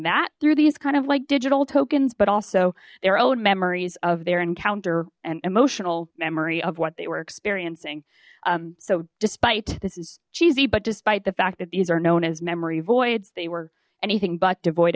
that through these kind of like digital tokens but also their own memories of their encounter an emotional memory of what they were experiencing so despite this is cheesy but despite the fact that these are known as memory voids they were anything but devoid